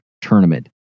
tournament